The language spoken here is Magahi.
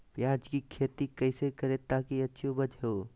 प्याज की खेती कैसे करें ताकि अच्छी उपज हो?